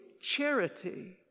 charity